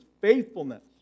faithfulness